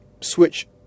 switch